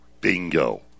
bingo